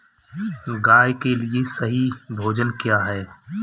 गाय के लिए सही भोजन क्या है?